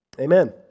Amen